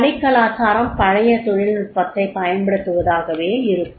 பணிக்கலாச்சாரம் பழைய தொழில்நுட்பத்தைப் பயன்படுத்துவதாகவே இருக்கும்